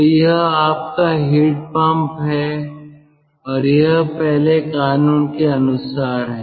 तो यह आपका हीट पंप है और यह पहले कानून के अनुसार है